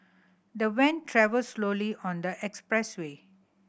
the van travelled slowly on the expressway